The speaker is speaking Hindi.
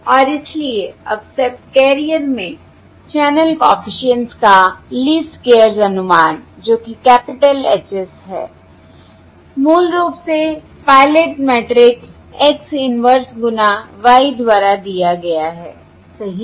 और इसलिए अब सबकैरियर में चैनल कॉफिशिएंट्स का लीस्ट स्क्येअर्स अनुमान जो कि कैपिटल H s है मूल रूप से पायलट मैट्रिक्स X इन्वर्स गुना Y द्वारा दिया गया है सही है